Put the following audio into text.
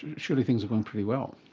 surely things are going pretty well?